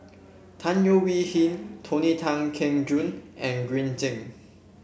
Tan Leo Wee Hin Tony Tan Keng Joo and Green Zeng